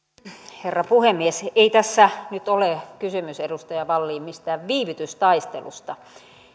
herra puhemies ei tässä nyt ole kysymys edustaja wallin mistään viivytystaistelusta